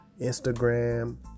Instagram